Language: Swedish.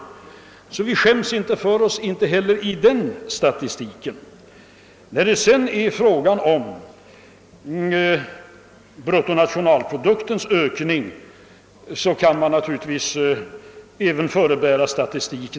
Vi skäms alltså inte heller för oss i denna statistik. Även i fråga om bruttonationalproduktens ökning kan man naturligtvis hänvisa till statistik.